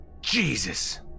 Jesus